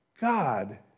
God